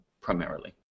primarily